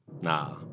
Nah